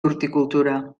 horticultura